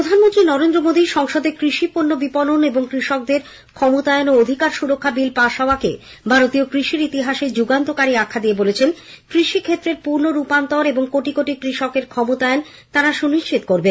প্রধানমন্ত্রী নরেন্দ্র মোদী সংসদে কৃষিপণ্য বিপণন এবং কৃষকের ফ্রমতায়ন ও অধিকার সুরক্ষা বিল পাশ হওয়াকে ভারতীয় কৃষির ইতিহাসে যুগান্তকারী আখ্যা দিয়ে বলেছেন কৃষি ক্ষেত্রের পূর্ণ রূপান্তর এবং কোটি কোটি কৃষকের ক্ষমতায়ন তাঁরা সুনিশ্চিত করবেন